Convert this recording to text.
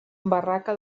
barraca